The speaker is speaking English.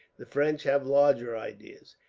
the french have larger ideas.